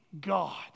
God